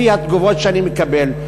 לפי התגובות שאני מקבל,